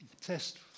test